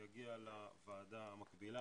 יגיע לוועדה המקבילה,